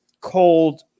cold